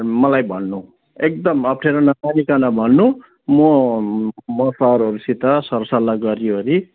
मलाई भन्नु एकदमै अप्ठ्यारो नमानीकन भन्नु म म सरहरूसित सरसल्लाह गरिवरि